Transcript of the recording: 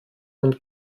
und